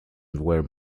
were